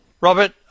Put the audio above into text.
Robert